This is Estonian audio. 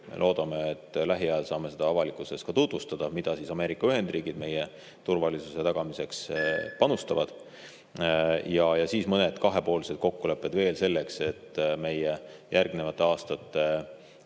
Loodame, et lähiajal saame seda avalikkuses tutvustada, mida Ameerika Ühendriigid meie turvalisuse tagamiseks panustavad. Ja siis mõned kahepoolsed kokkulepped veel selleks, et meie järgnevate aastate